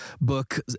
Book